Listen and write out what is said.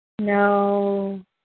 No